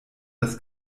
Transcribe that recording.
das